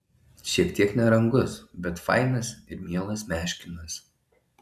šiek tiek nerangus bet fainas ir mielas meškinas